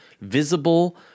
visible